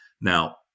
Now